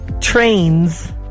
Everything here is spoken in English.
trains